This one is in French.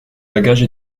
bagages